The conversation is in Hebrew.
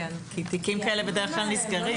תיקים כאלה בדרך כלל נסגרים.